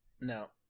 No